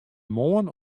moarn